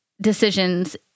decisions